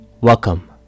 Welcome